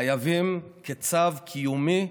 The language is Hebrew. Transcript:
חייבים כצו קיומי,